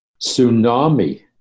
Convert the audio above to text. tsunami